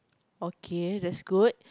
okay that's good